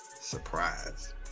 surprise